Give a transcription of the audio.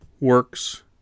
works